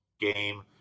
game